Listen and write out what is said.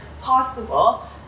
possible